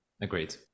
Agreed